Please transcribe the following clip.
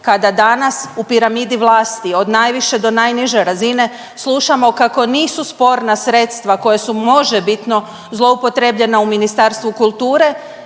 kada danas u piramidi vlasti od najviše do najniže razine slušamo kako nisu sporna sredstva koje su možebitno zloupotrijebljena u Ministarstvu kulture